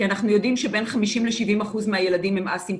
כי אנחנו יודעים שבין 50% ל-70% מהילדים הם א-סימפטומטיים,